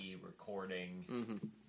recording